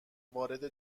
وارد